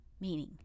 meaning